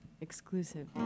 Exclusive